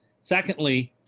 Secondly